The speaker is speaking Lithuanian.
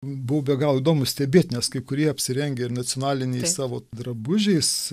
buvo be galo įdomu stebėt nes kai kurie apsirengę ir nacionaliniais savo drabužiais